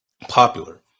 popular